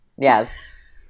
Yes